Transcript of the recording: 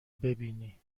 ببینی